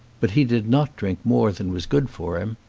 but he did not drink more than was good for him.